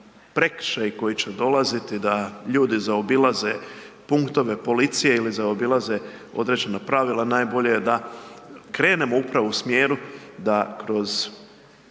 prekršaji koji će dolaziti da ljudi zaobilaze punktove policije ili zaobilaze određena pravila najbolje je da krenemo upravo u smjeru da kroz